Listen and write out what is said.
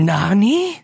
Nani